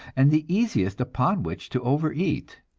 and the easiest upon which to overeat.